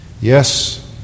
Yes